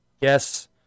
yes